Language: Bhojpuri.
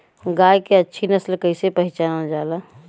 गाय के अच्छी नस्ल कइसे पहचानल जाला?